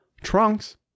Trunks